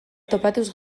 topatuz